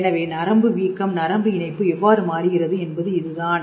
எனவே நரம்பு வீக்கம் நரம்பு இணைப்பு எவ்வாறு மாறுகிறது என்பது இதுதான்